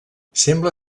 sembla